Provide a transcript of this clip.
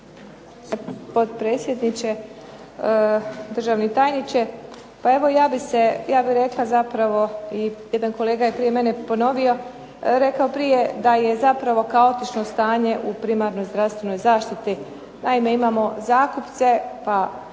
Potpredsjedniče, državni tajniče. Ja bih rekla zapravo, i jedan kolega je prije mene ponovio, rekao prije da je zapravo kaotično stanje u primarnoj zdravstvenoj zaštiti. Naime, imamo zakupce pa